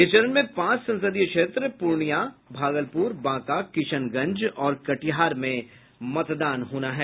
इस चरण में पांच संसदीय क्षेत्र पूर्णिया भागलपुर बांका किशनगंज और कटिहार में मतदान होना है